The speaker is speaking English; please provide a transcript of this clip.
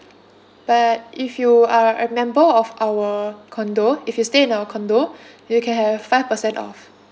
but if you are a member of our condo if you stay in our condo you can have five percent off